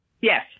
Yes